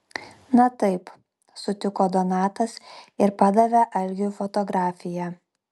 na taip sutiko donatas ir padavė algiui fotografiją